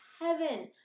heaven